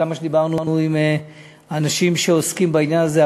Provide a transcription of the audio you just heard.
כמה שדיברנו עם אנשים שעוסקים בעניין הזה,